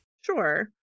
Sure